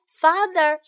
father